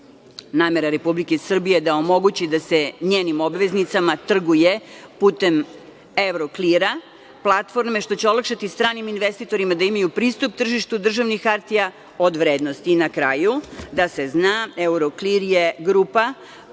Republike Srbije je da omogući da se njenim obveznicama trguje putem "Euroclear" platforme, što će olakšati stranim investitorima da imaju pristup tržištu državnih hartija od vrednosti. Na kraju, da se zna, "Euroclear" je grupa,